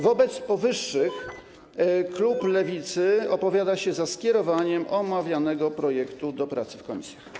Wobec powyższych zastrzeżeń klub Lewicy opowiada się za skierowaniem omawianego projektu do pracy w komisjach.